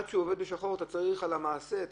מי שעובד בשחור, אתה צריך על המעשה.